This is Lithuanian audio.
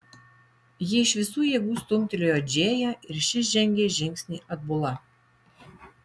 ji iš visų jėgų stumtelėjo džėją ir ši žengė žingsnį atbula